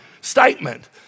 statement